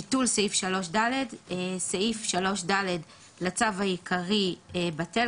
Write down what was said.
ביטול סעיף 3ר. סעיף 3ד לצו העיקרי בטל.